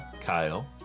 Kyle